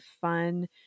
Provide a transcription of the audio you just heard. fun